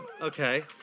Okay